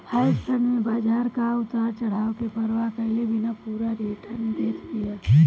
hedge fund में बाजार कअ उतार चढ़ाव के परवाह कईले बिना पूरा रिटर्न देत बिया